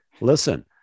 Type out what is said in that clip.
listen